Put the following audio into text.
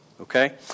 okay